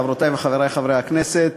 חבר הכנסת